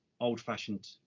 old-fashioned